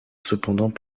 cependant